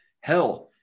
Hell